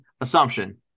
assumption